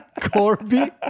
Corby